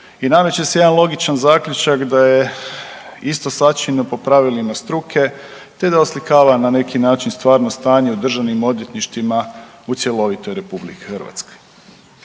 i nameće se jedan logičan zaključak da je isto sačinjeno po pravilima struke ta oslikava na neki način stvarno stanje u državnim odvjetništvima u cjelovitoj RH.